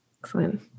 Excellent